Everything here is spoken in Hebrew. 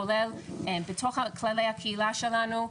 כולל בתוך כללי הקהילה שלנו,